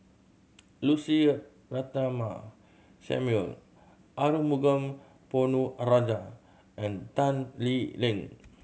Lucy Ratnammah Samuel Arumugam Ponnu Rajah and Tan Lee Leng